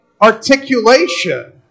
articulation